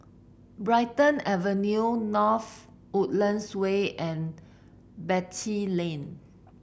Brighton Avenue North Woodlands Way and Beatty Lane